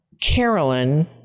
Carolyn